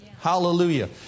hallelujah